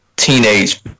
teenage